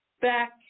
back